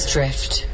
Drift